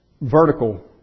vertical